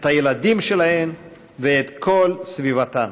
את הילדים שלהן ואת כל סביבתן.